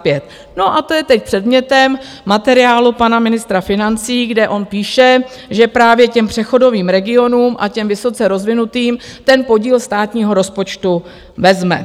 A to je teď předmětem materiálu pana ministra financí, kde on píše, že právě těm přechodovým regionům a těm vysoce rozvinutým ten podíl státního rozpočtu vezme.